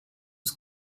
was